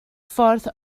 ffordd